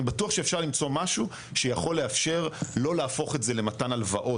אני בטוח שאפשר למצוא משהו שיכול לאפשר לא להפוך את זה למתן הלוואות,